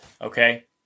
okay